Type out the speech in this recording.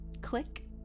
Click